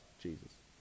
Jesus